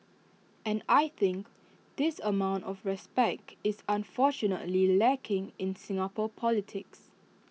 and I think this amount of respect is unfortunately lacking in Singapore politics